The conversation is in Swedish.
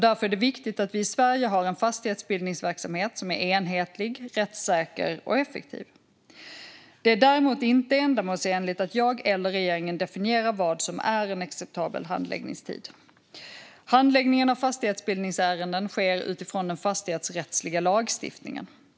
Därför är det viktigt att vi i Sverige har en fastighetsbildningsverksamhet som är enhetlig, rättssäker och effektiv. Det är däremot inte ändamålsenligt att jag eller regeringen definierar vad som är en acceptabel handläggningstid. Handläggningen av fastighetsbildningsärenden sker utifrån den fastighetsrättsliga lagstiftningen.